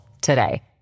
today